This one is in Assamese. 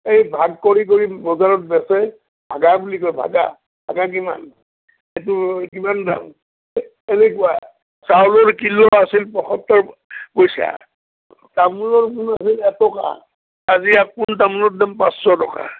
এই ভাগ কৰি কৰি বজাৰত বেচে ভাগা বুলি কয় ভাগা ভাগা কিমান এইটো কিমান দাম এনেকুৱা চাউলৰ কিলো আছিল পঁয়সত্তৰ পইচা তামোলৰ পোন আছিল এটকা আজি এপোন তামোলৰ দাম পাঁচশ টকা